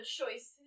choice